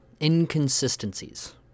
inconsistencies